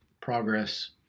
progress